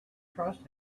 trust